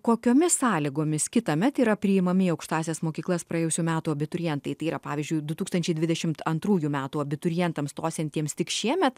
kokiomis sąlygomis kitąmet yra priimami į aukštąsias mokyklas praėjusių metų abiturientai tai yra pavyzdžiui du tūkstančiai dvidešimt antrųjų metų abiturientams stosiantiems tik šiemet